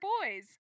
boys